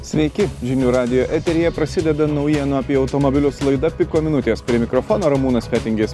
sveiki žinių radijo eteryje prasideda naujienų apie automobilius laida piko minutės prie mikrofono ramūnas fetingis